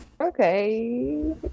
okay